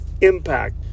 impact